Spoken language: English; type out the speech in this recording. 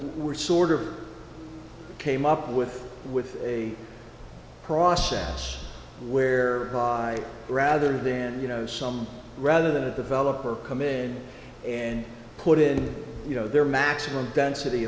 we're sort of came up with with a process where high rather then you know some rather than a developer come in and put in you know their maximum density